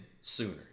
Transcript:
sooner